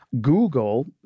Google